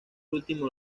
último